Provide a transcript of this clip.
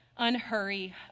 unhurry